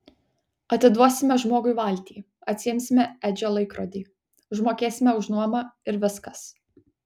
atiduosime žmogui valtį atsiimsime edžio laikrodį užmokėsime už nuomą ir viskas